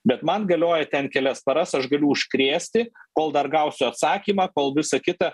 bet man galioja ten kelias paras aš galiu užkrėsti kol dar gausiu atsakymą kol visa kita